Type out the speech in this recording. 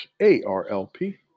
ARLP